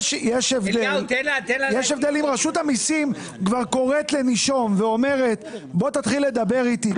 יש הבדל אם רשות המסים כבר קוראת לנישום ואומרת: בוא תתחיל לדבר איתי,